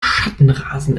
schattenrasen